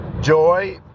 joy